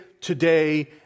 today